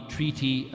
Treaty